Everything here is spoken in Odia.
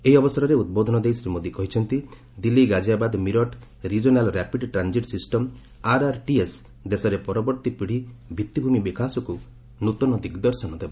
ଏହି ଅବସରରେ ଉଦ୍ବୋଧନ ଦେଇ ଶ୍ରୀ ମୋଦି କହିଛନ୍ତି Delhi Ghaziabad Meerut regional rapid transit system RRTS ଦେଶରେ ପରବର୍ତ୍ତୀ ପୀଡ଼ି ଭିଭିମି ବିକାଶକୁ ନୂତନ ଦିଗ୍ଦର୍ଶନ ଦେବ